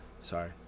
Sorry